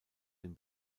den